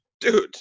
dude